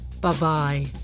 bye-bye